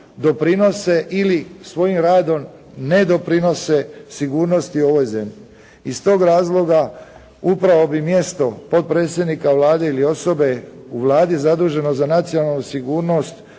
doprinose ili svojom radom ne doprinose sigurnosti u ovoj zemlji. Iz tog razloga upravo bi mjesto potpredsjednika Vlade ili osobe u Vladi zaduženo za nacionalnu sigurnost